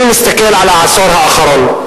אני מסתכל על העשור האחרון.